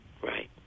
Right